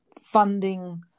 funding